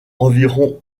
environ